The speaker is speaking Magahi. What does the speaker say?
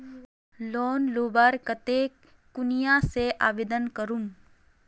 लोन लुबार केते कुनियाँ से आवेदन करूम?